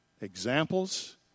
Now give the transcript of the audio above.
examples